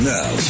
Now